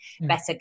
better